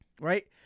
right